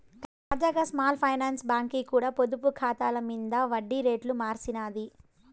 తాజాగా small finance బాంకీ కూడా పొదుపు కాతాల మింద ఒడ్డి రేట్లు మార్సినాది